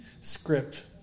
script